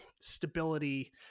stability